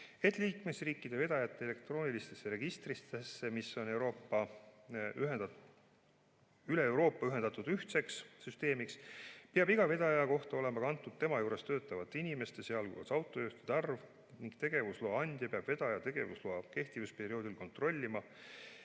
et liikmesriikide vedajate elektroonilistesse registritesse, mis on üle Euroopa ühendatud ühtseks süsteemiks, peab iga vedaja kohta olema kantud tema juures töötavate inimeste, sealhulgas autojuhtide arv ning tegevusloa andja peab vedaja tegevusloa kehtivuse perioodil kontrollima,